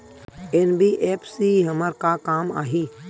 NBFC हमर का काम आही?